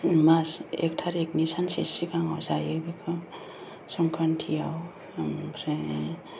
मास एक तारिखनि सानसे सिगांआव जायो बेखौ संक्रान्तियाव ओमफ्राय